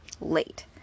late